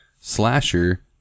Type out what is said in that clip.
Slasher